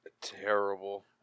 terrible